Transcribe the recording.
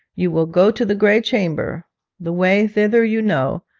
you will go to the grey chamber the way thither you know,